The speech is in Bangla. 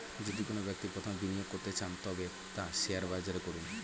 যদি কোনো ব্যক্তি প্রথম বিনিয়োগ করতে চান তবে তা শেয়ার বাজারে করুন